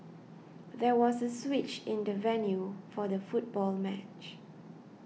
there was a switch in the venue for the football match